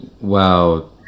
Wow